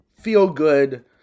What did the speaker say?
feel-good